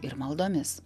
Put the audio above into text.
ir maldomis